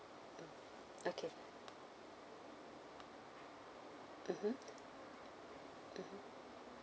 okay mmhmm